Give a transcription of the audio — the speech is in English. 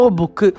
book